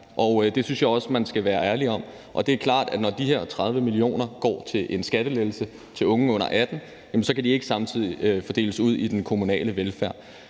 Det synes jeg også man skal være ærlig om, og det er klart, at når de her 30 mio. kr. går til en skattelettelse til unge under 18 år, kan de ikke samtidig fordeles ud i den kommunale velfærd.